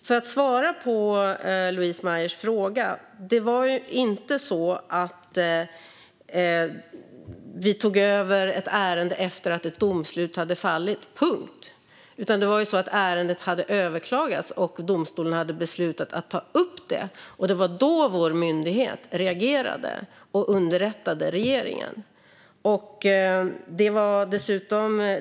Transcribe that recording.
För att svara på Louise Meijers fråga: Det var inte så att vi tog över ett ärende efter att ett domslut hade fallit. Det var ju så att ärendet hade överklagats och att domstolen hade beslutat att ta upp det. Det var då vår myndighet reagerade och underrättade regeringen.